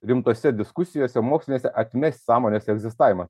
rimtose diskusijose mokslinėse atmest sąmonės egzistavimą